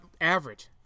average